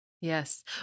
yes